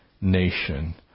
nation